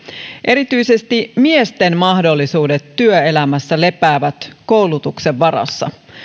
erityisesti miesten mahdollisuudet työelämässä lepäävät koulutuksen varassa